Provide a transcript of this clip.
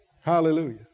Hallelujah